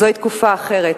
זוהי תקופה אחרת.